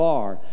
far